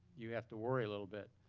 you have to worry a little bit.